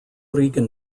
rican